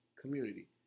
community